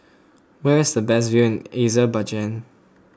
where is the best view in Azerbaijan